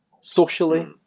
socially